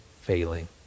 failing